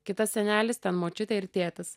kitas senelis ten močiutė ir tėtis